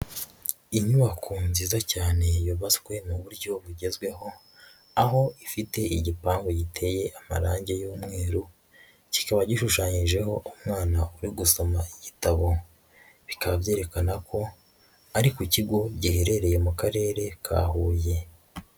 Inyubako nziza cyane yubatswe mu buryo bugezweho aho ifite igipangu giteye amarangi y'umweru, kikaba gishushanyijeho umwana uri gusoma igitabo, bikaba byerekana ko ari ku kigo giherereye mu Karere ka Huye.